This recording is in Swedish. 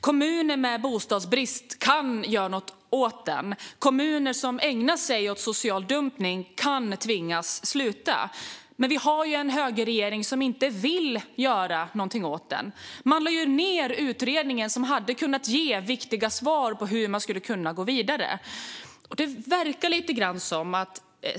Kommuner med bostadsbrist kan göra något åt den, och kommuner som ägnar sig åt social dumpning kan tvingas sluta. Men vi har en högerregering som inte vill göra något åt detta utan som har lagt ned den utredning som hade kunnat ge viktiga svar på hur man skulle kunna gå vidare.